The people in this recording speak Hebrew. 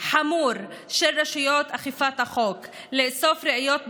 חמור של רשויות אכיפת החוק באיסוף ראיות בזמן,